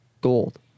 gold